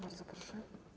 Bardzo proszę.